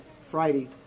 Friday